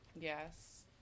Yes